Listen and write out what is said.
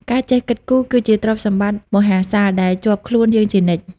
ការចេះគិតគូរគឺជាទ្រព្យសម្បត្តិមហាសាល ដែលជាប់ខ្លួនយើងជានិច្ច។